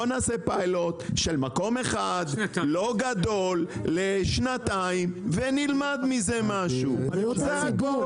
בוא נעשה פיילוט של מקום אחד לא גדול לשנתיים ונלמד מזה משהו זה הכל,